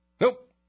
Nope